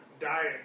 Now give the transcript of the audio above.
diet